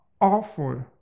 awful